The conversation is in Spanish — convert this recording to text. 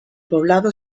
poblado